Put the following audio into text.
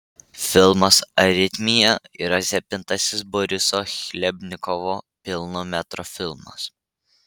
filmas aritmija yra septintasis boriso chlebnikovo pilno metro filmas